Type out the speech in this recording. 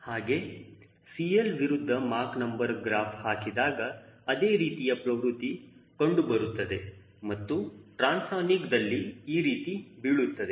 ಹಾಗೆ ವಿರುದ್ಧ Mach number graph ಹಾಕಿದಾಗ ಅದೇ ರೀತಿಯ ಪ್ರವೃತ್ತಿ ಕಂಡುಬರುತ್ತದೆ ಮತ್ತು ಟ್ರಾನ್ಸನಿಕ್ ದಲ್ಲಿ ಈ ರೀತಿ ಬೀಳುತ್ತದೆ